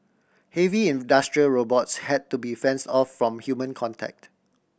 heavy industrial robots had to be fence off from human contact